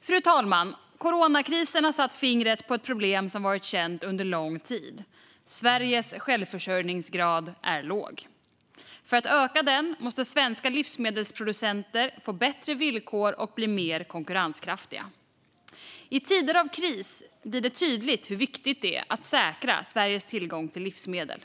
Fru talman! Coronakrisen har satt fingret på ett problem som varit känt under lång tid: Sveriges självförsörjningsgrad är låg. För att öka den måste svenska livsmedelsproducenter få bättre villkor och bli mer konkurrenskraftiga. I tider av kris blir det tydligt hur viktigt det är att säkra Sveriges tillgång till livsmedel.